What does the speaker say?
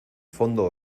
fondo